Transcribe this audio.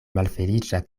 malfeliĉa